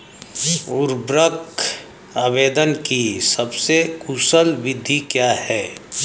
उर्वरक आवेदन की सबसे कुशल विधि क्या है?